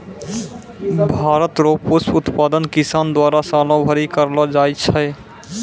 भारत रो पुष्प उत्पादन किसान द्वारा सालो भरी करलो जाय छै